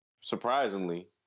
surprisingly